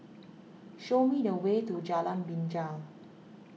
show me the way to Jalan Binjai